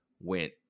went